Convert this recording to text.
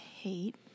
hate